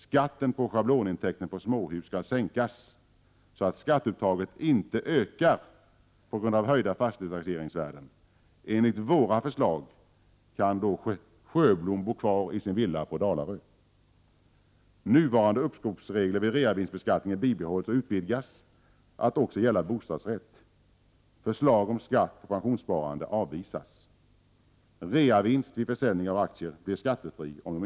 Skatten på schablonintäkten på småhus skall sänkas så att skatteuttaget inte ökar på grund av höjda fastighetstaxeringsvärden. Enligt våra förslag kan då Sjöblom bo kvar i sin villa på Dalarö.